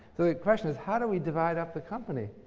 so, the question is, how do we divide up the company?